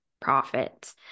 profit